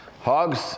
hogs